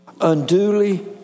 unduly